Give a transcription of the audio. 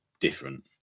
different